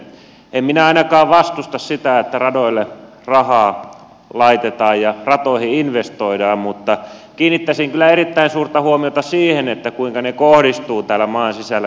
ainakaan minä en vastusta sitä että radoille rahaa laitetaan ja ratoihin investoidaan mutta kiinnittäisin kyllä erittäin suurta huomiota siihen kuinka nämä investoinnit kohdistuvat täällä maan sisällä